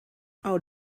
how